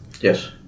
Yes